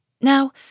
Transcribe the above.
Now